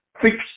fix